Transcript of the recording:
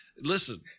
Listen